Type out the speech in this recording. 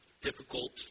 difficult